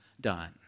done